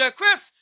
Chris